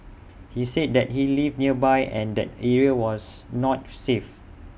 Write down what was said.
he said that he lived nearby and that area was not safe